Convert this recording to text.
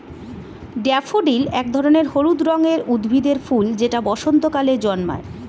daffodil এক ধরনের হলুদ রঙের উদ্ভিদের ফুল যেটা বসন্তকালে জন্মায়